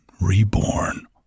reborn